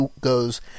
goes